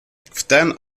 wtem